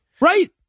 Right